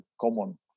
common